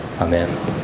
Amen